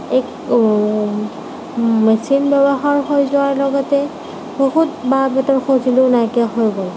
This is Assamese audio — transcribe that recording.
মেচিন ব্য়ৱহাৰ হৈ যোৱাৰ লগতে বহুত বাঁহ বেতৰ সজুঁলি নাইকিয়া হৈ গ'ল